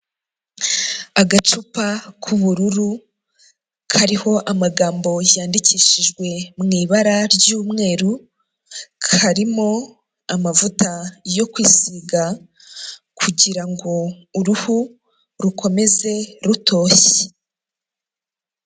Agacupa k'ubururu kariho amagambo yandikishijwe mu ibara ry'umweru, karimo amavuta yo kwisiga kugira ngo uruhu rukomeze rutoshye.